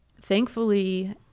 thankfully